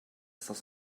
cinq